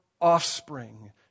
offspring